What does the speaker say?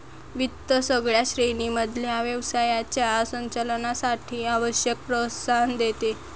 वित्त सगळ्या श्रेणी मधल्या व्यवसायाच्या संचालनासाठी आवश्यक प्रोत्साहन देते